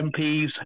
MPs